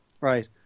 Right